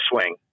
swing